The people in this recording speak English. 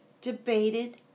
debated